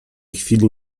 chwili